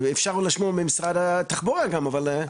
אפשר אולי לשמוע ממשרד התחבורה גם, אבל.